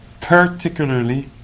Particularly